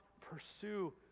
pursue